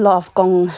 !wow! that's a lot of